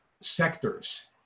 sectors